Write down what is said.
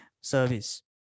service